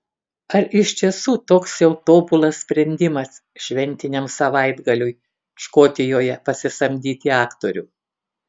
ar iš tiesų toks jau tobulas sprendimas šventiniam savaitgaliui škotijoje pasisamdyti aktorių